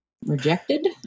rejected